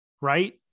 right